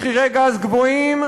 מחירי גז גבוהים,